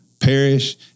perish